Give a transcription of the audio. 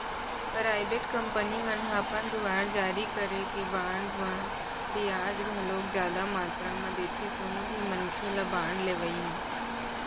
private company मन ह अपन दुवार जारी करे गे बांड मन म बियाज ल घलोक जादा मातरा म देथे कोनो भी मनखे ल बांड लेवई म